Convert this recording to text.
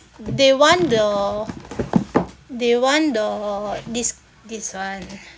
they want the they want the this this one